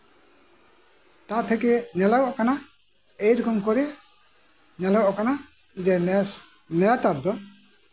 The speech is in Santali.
ᱛᱟ ᱛᱷᱮᱠᱮ ᱧᱮᱞᱚᱜᱚᱜ ᱠᱟᱱ ᱜᱮᱭᱟ ᱮᱨᱚᱠᱚᱢ ᱠᱚᱨᱮ ᱧᱮᱞᱚᱜᱚᱜ ᱠᱟᱱᱟ ᱱᱮᱥ ᱱᱮ ᱛᱟᱨ ᱫᱚ